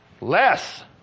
Less